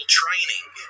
training